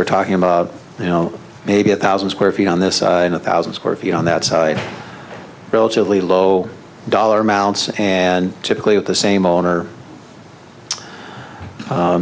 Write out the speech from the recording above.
we're talking about you know maybe a thousand square feet on this in a thousand square feet on that side relatively low dollar amounts and typically at the same owner